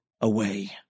away